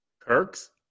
Kirk's